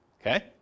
Okay